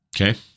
Okay